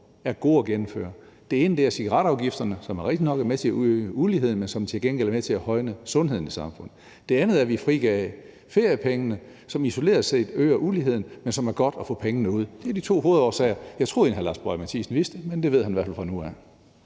er gode at gennemføre. Det ene er cigaretafgifterne, som rigtigt nok er med til at øge uligheden, men som til gengæld er med til at højne sundheden i samfundet. Det andet er, at vi frigav feriepengene, som isoleret set øger uligheden, men som det er godt at få ud. Det er de to hovedårsager. Jeg troede egentlig, at hr. Lars Boje Mathiesen vidste det, men det ved han i hvert fald fra nu af.